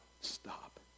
stop